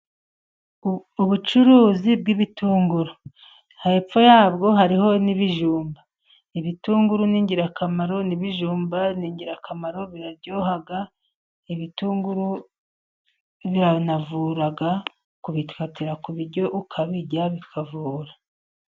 Ubucuruzi bw'ibitunguru hepfo yabwo hariho n'ibijumba. Ibitunguru ni ingirakamaro n'ibijumba ni ingirakamaro biryoha. Ibitunguru biranavura kubikatira ku biryo ukabirya bikavura.